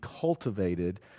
cultivated